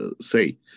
say